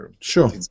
Sure